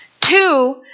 Two